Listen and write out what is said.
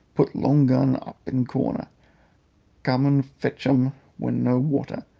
put long gun up in corner come and fetch um when no water.